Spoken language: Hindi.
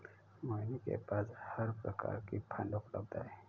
मोहिनी के पास हर प्रकार की फ़ंड उपलब्ध है